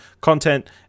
content